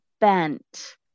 bent